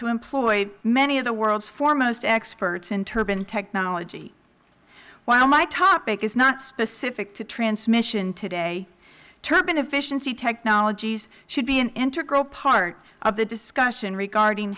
to employ many of the world's foremost experts in turbine technology while my topic is not specific to transmission today turbine efficiency technologies should be an integral part of the discussion regarding